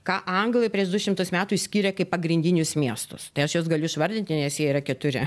ką anglai prieš du šimtus metų išskyrė kaip pagrindinius miestus tai aš juos galiu išvardinti nes jie yra keturi